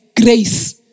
grace